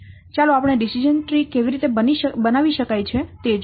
ચાલો આપણે decision tree કેવી રીતે બનાવી શકાય છે તે જોઈએ